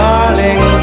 Darling